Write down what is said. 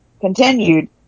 continued